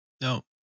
No